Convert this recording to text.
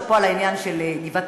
שאפו על העניין של גבעת-עמל,